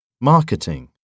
Marketing